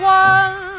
one